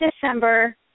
December